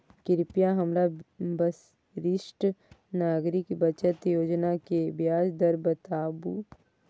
कृपया हमरा वरिष्ठ नागरिक बचत योजना के ब्याज दर बताबू